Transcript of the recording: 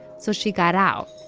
so she got out.